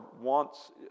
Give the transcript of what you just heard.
wants